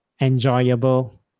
enjoyable